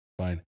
Fine